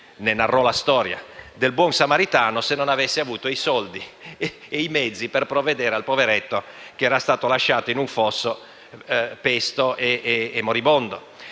ne narrò la storia - del buon samaritano se non avesse avuto i mezzi per provvedere al poveretto che era stato lasciato in un fosso pesto e moribondo.